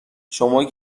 شما